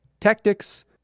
tactics